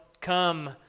come